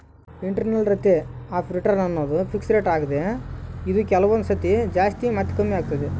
internal rate of return ಅನ್ನೋದು fix rate ಆಗ್ದೆ ಇದು ಕೆಲವೊಂದು ಸತಿ ಜಾಸ್ತಿ ಮತ್ತೆ ಕಮ್ಮಿಆಗ್ತೈತೆ